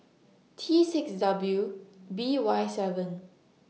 T six W B Y seven